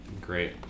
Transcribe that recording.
Great